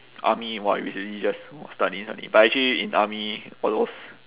army !wah! it's really just !wah! study study but actually in army all those